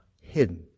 hidden